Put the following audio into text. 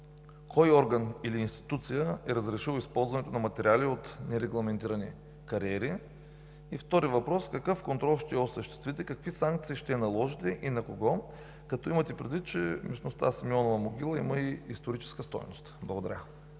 кой орган или институция е разрешил използването на материали от нерегламентирани кариери и, втори въпрос, какъв контрол ще осъществите, какви санкции ще наложите и на кого, като имате предвид, че местността „Симеонова могила“ има и историческа стойност? Благодаря.